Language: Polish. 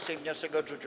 Sejm wniosek odrzucił.